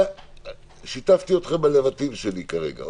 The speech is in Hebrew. שיתפתי אתכם בלבטים שלי כרגע,